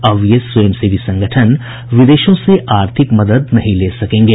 अब ये स्वयं सेवी संगठन विदेशों से आर्थिक मदद नहीं ले सकेंगे